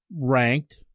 ranked